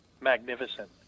Magnificent